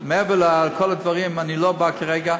מעבר לכל הדברים, אני לא בא כרגע,